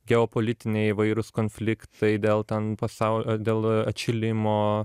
geopolitiniai įvairūs konfliktai dėl ten pasau dėl atšilimo